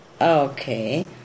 Okay